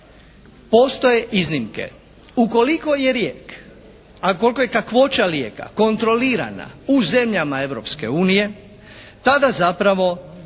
postoje iznimke. Ukoliko je lijek, a koliko je kakvoća lijeka kontrolirana u zemljama Europske unije tada zapravo